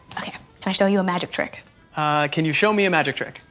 okay can i show you a magic trick can you show me a magic trick?